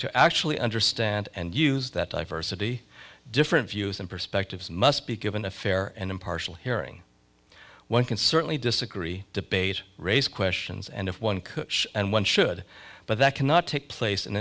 to actually understand and use that diversity different views and perspectives must be given a fair and impartial hearing one can certainly disagree debate raise questions and if one could and one should but that cannot take place in